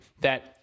that-